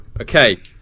okay